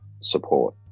support